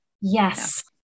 Yes